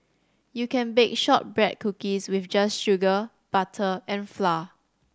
you can bake shortbread cookies just with sugar butter and flour